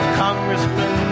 congressmen